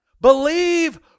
Believe